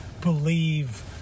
believe